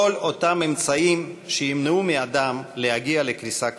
כל אותם אמצעים שימנעו מאדם להגיע לקריסה כלכלית.